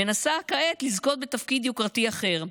היא מנסה כעת לזכות בתפקיד יוקרתי אחר,